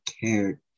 cared